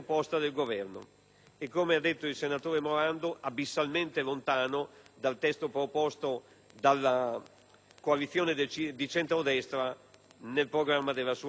e, come ha detto il senatore Morando, è abissalmente lontano dal testo proposto dalla coalizione di centrodestra nel programma della sua campagna elettorale.